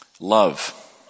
Love